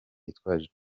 yitwaje